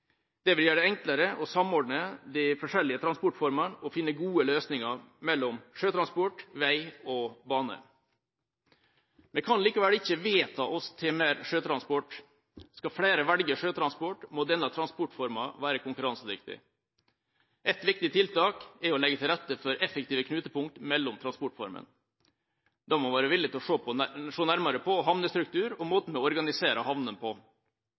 Det vil gjøre det enklere å samordne de forskjellige transportformene og finne gode løsninger mellom sjøtransport, vei og bane. Vi kan likevel ikke vedta oss til mer sjøtransport. Skal flere velge sjøtransport, må denne transportformen være konkurransedyktig. Et viktig tiltak er å legge til rette for effektive knutepunkter mellom transportformene. Da må vi være villig til å se nærmere på havnestrukturen og måten vi organiserer havnene på. Regjeringa har startet arbeidet med